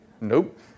Nope